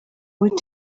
wyt